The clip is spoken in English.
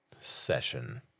Session